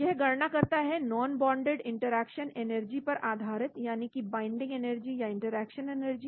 यह गणना करता है नॉनबोंडेड इंटरेक्शन एनर्जी पर आधारित यानी कि बाइंडिंग एनर्जी या इंटरेक्शन एनर्जी